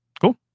Cool